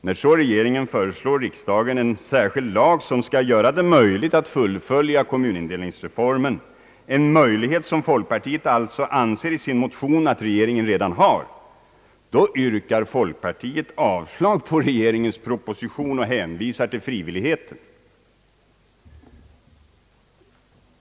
När så regeringen föreslår riksdagen en särskild lag som skall göra det möjligt att fullfölja kommun indelningsreformen — en möjlighet som folkpartiet i sin motion anser att regeringen redan har — yrkar folk partiet avslag på regeringens proposition och hänvisar till frivilligheten.